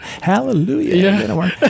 hallelujah